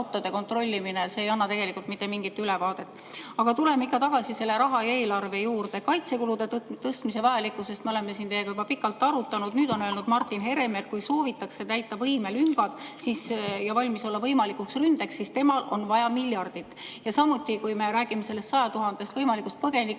ei anna tegelikult mitte mingit ülevaadet. Aga tuleme ikka tagasi selle raha ja eelarve juurde. Kaitsekulude tõstmise vajalikkust me oleme siin teiega juba pikalt arutanud. Nüüd on öelnud Martin Herem, et kui soovitakse täita võimelüngad ja valmis olla võimalikuks ründeks, siis temal on vaja miljardit. Samuti, kui me räägime sellest 100 000 võimalikust põgenikust,